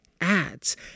ads